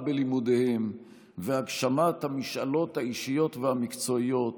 בלימודיהם והגשמת המשאלות האישיות והמקצועיות